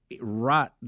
right